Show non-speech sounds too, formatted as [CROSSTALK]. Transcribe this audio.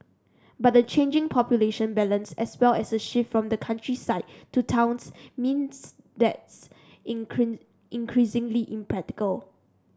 but the changing population balance as well as a shift from the countryside to towns means that's in [UNINTELLIGIBLE] increasingly impractical